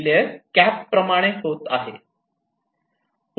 ही layer cap प्रमाणे होत आहे